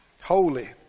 holy